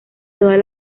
todas